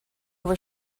were